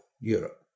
Europe